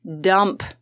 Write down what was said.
dump